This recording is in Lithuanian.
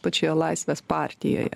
pačioje laisvės partijoje